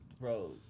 bro